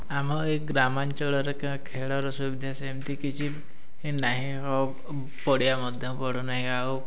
ଆମ ଏଇ ଗ୍ରାମାଞ୍ଚଳରେ ଖେଳର ସୁବିଧା ସେମିତି କିଛି ନାହିଁ ଓ ପଡ଼ିଆ ମଧ୍ୟ ପଡ଼ୁନାହିଁ ଆଉ